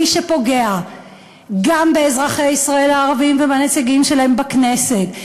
מי שפוגע גם באזרחי ישראל הערבים ובנציגים שלהם בכנסת,